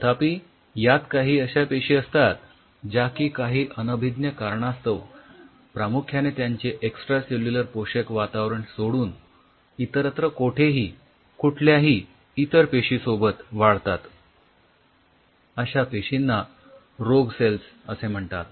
तथापि यात काही अश्या पेशी असतात ज्या की काही अनभिज्ञ कारणास्तव प्रामुख्याने त्यांचे एक्सट्रासेल्युलर पोषक वातावरण सोडून इतरत्र कोठेही कुठल्याही इतर पेशींसोबत वाढतात अश्या पेशींना रोग सेल्स असे म्हणतात